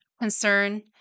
concern